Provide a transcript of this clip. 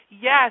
Yes